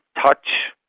touch.